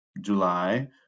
July